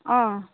অঁ